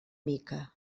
mica